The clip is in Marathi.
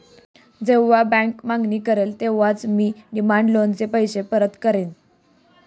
जेव्हा बँक मागणी करेल तेव्हाच मी डिमांड लोनचे पैसे परत करेन